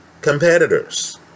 competitors